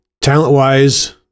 talent-wise